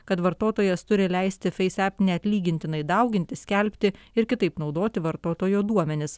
kad vartotojas turi leisti face app neatlygintinai dauginti skelbti ir kitaip naudoti vartotojo duomenis